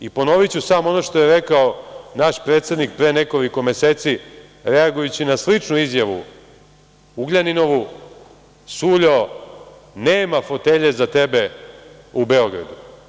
I ponoviću samo ono što je rekao naš predsednik pre nekoliko meseci, reagujući na sličnu izjavu Ugljaninovu – Suljo, nema fotelje za tebe u Beogradu.